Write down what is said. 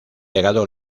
legado